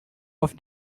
off